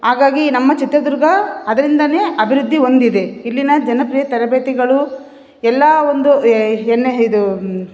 ಹಾಗಾಗಿ ನಮ್ಮ ಚಿತ್ರದುರ್ಗ ಅದರಿಂದಾನೆ ಅಭಿವೃದ್ಧಿ ಹೊಂದಿದೆ ಇಲ್ಲಿನ ಜನಪ್ರಿಯ ತರಬೇತಿಗಳು ಎಲ್ಲ ಒಂದು ಏನೆ ಇದು